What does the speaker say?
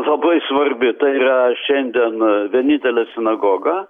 labai svarbi tai yra šiandien vienintelė sinagoga